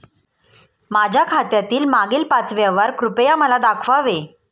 माझ्या खात्यातील मागील पाच व्यवहार कृपया मला दाखवावे